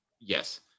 yes